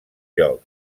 lloc